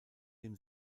dem